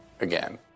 again